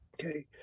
Okay